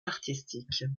artistiques